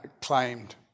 claimed